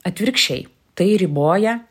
atvirkščiai tai riboja